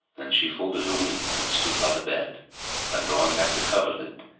then she folded her wings and stood by the bed and, drawing back the coverlid,